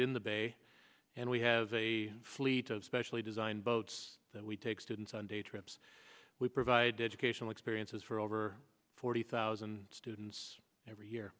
in the bay and we have a fleet of specially designed boats that we take students on day trips we provide educational experiences for over forty thousand students every year